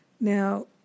Now